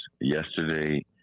yesterday